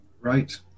right